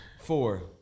four